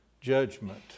judgment